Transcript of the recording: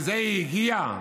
הגיעה?